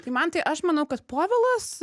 tai mantai aš manau kad povilas